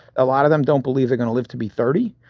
a lot of them don't believe they're gonna live to be thirty.